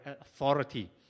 authority